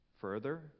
further